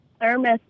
thermos